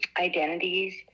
identities